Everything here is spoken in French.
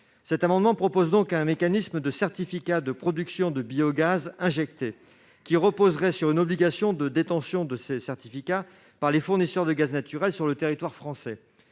cet amendement la mise en place d'un mécanisme de certificats de production, ou CP, de biogaz injecté, reposant sur une obligation de détention de ces CP par les fournisseurs de gaz naturel sur le territoire français,